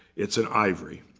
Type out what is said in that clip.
it's an ivory.